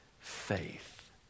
faith